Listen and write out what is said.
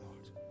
Lord